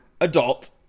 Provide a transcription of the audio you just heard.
adult